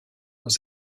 aux